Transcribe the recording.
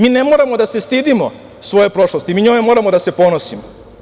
Mi ne moramo da se stidimo svoje prošlosti, mi njome moramo da se ponosimo.